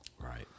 Right